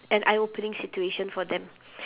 an eye opening situation for them